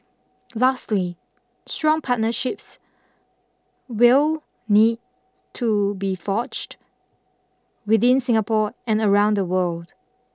lastly strong partnerships will need to be forged within Singapore and around the world